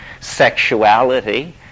Sexuality